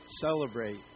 celebrate